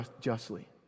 justly